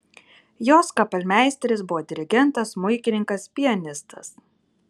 jos kapelmeisteris buvo dirigentas smuikininkas pianistas